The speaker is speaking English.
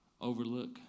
overlook